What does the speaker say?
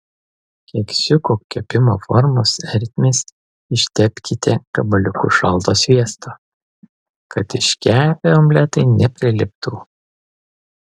keksiukų kepimo formos ertmes ištepkite gabaliuku šalto sviesto kad iškepę omletai nepriliptų